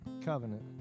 covenant